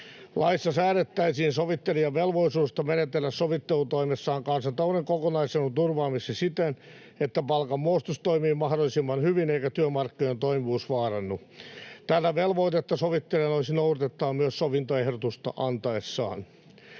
Laissa säädettäisiin sovittelijan velvollisuudesta menetellä sovittelutoimessaan kansantalouden kokonaisedun turvaamiseksi siten, että palkanmuodostus toimii mahdollisimman hyvin eikä työmarkkinoiden toimivuus vaarannu. Tätä velvoitetta sovittelijan olisi noudatettava myös sovintoehdotusta antaessaan.